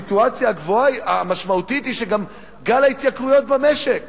הסיטואציה המשמעותית היא גם שגל ההתייקרויות במשק,